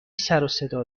سروصدا